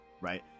right